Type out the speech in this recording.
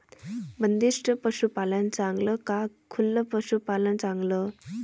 बंदिस्त पशूपालन चांगलं का खुलं पशूपालन चांगलं?